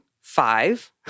five